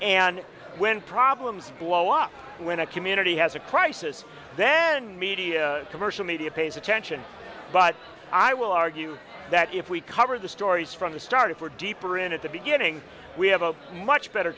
and when problems blow up when a community has a crisis then media commercial media pays attention but i will argue that if we cover the stories from the start if we're deeper in at the beginning we have a much better